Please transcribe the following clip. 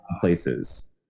places